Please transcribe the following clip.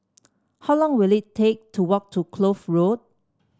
how long will it take to walk to Kloof Road